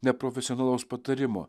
neprofesionalaus patarimo